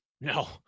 No